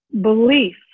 belief